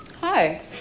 Hi